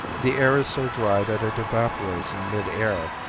the air is so dry that it evaporates in mid air,